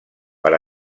per